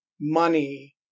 money